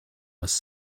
was